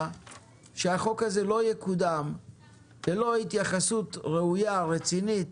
שאותו חוק לא יקודם ללא התייחסות ראויה ורצינית